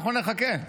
אנחנו נחכה.